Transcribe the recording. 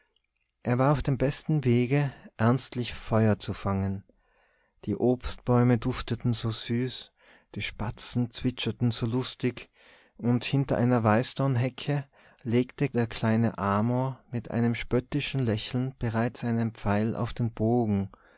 er war auf dem besten wege ernstlich feuer zu fangen die obstbäume dufteten so süß die spatzen zwitscherten so lustig und hinter einer weißdornhecke legte der kleine amor mit einem spöttischen lächeln bereits einen pfeil auf den bogen